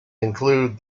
include